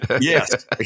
Yes